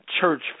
church